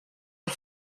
der